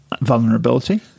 vulnerability